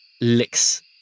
licks